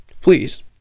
Please